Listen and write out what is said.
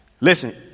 Listen